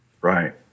Right